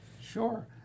Sure